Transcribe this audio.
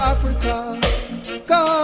Africa